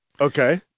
Okay